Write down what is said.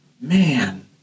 man